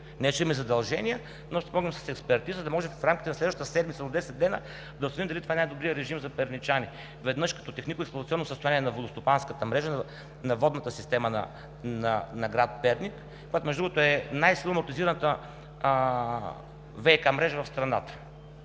не че имаме задължения, но ще помогнем с експертиза, за да може в рамките на следващата седмица, до 10 дни, да установим дали това е най-добрият режим за перничани – веднъж, като технико-експлоатационно състояние на водостопанската мрежа на водната система на град Перник, която, между другото, е най-силно амортизираната ВиК мрежа в страната.